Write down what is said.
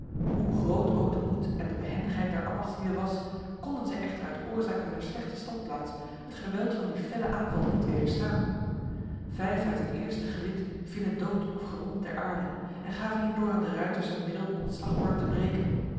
hoe groot ook de moed en de behendigheid der ambachtslieden was konden zij echter uit oorzaak hunner slechte standplaats het geweld van die felle aanval niet wederstaan vijf uit het eerste gelid vielen dood of gewond ter aarde en gaven hierdoor aan de ruiters het middel om de slagorde te breken